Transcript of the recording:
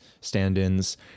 stand-ins